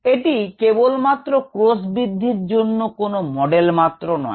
এটি কেবল মাত্র কোষ বৃদ্ধির জন্য কোন মডেল মাত্র নয়